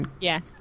Yes